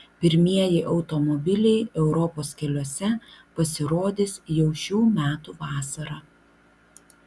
pirmieji automobiliai europos keliuose pasirodys jau šių metų vasarą